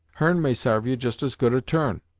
her'n may sarve you just as good a turn.